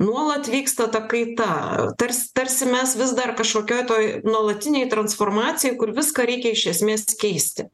nuolat vyksta ta kaita tars tarsi mes vis dar kažkokioj toj nuolatinėj transformacijoj kur viską reikia iš esmės keisti